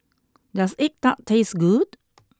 does egg Tart taste good